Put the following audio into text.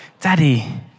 Daddy